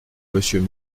monsieur